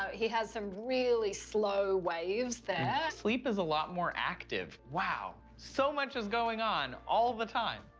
he has some really slow waves there. sleep is a lot more active. wow! so much is going on all the time!